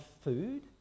food